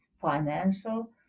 financial